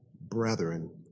brethren